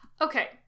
Okay